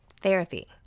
Therapy